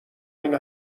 این